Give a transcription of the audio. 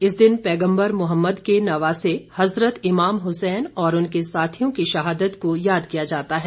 इस दिन पैगंबर मुहम्मद के नवासे हजरत इमाम हुसैन और उनके साथियों की शहादत को याद किया जाता है